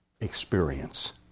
experience